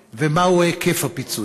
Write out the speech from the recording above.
3. מה הוא היקף הפיצוי?